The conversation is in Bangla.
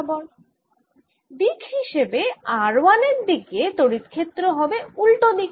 এর সমান হয় integration v grad v dot d s যার সমান শুন্য কারণ ভেতরে আধান না থাকলে এই পদ টি 0 হয়ে যায়